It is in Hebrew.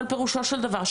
אבל פירושו של דבר,